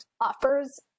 offers